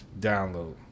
download